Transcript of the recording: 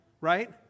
right